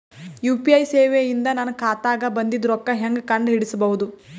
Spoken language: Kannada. ಯು.ಪಿ.ಐ ಸೇವೆ ಇಂದ ನನ್ನ ಖಾತಾಗ ಬಂದಿದ್ದ ರೊಕ್ಕ ಹೆಂಗ್ ಕಂಡ ಹಿಡಿಸಬಹುದು?